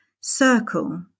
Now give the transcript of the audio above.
circle